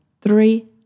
three